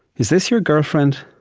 is this your girlfriend?